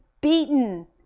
Beaten